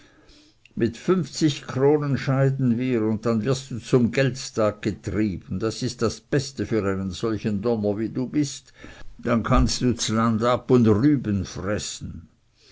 mit fünfzig kronen scheiden wir und dann wirst du zum geltstag getrieben das ist das beste für einen solchen donner wie du bist dann kannst du ds land ab und rüben fressen